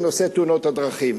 בנושא תאונות הדרכים.